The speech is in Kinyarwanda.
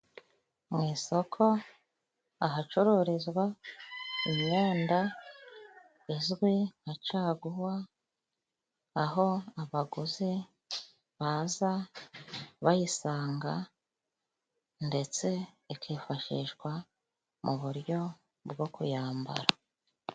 Mu isoko ahacururizwa imyenda izwi nka caguwa, aho abaguzi baza bayisanga, ndetse ikifashishwa mu buryo bwo kuyambara.